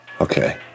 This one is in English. Okay